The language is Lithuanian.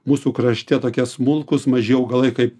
mūsų krašte tokie smulkūs maži augalai kaip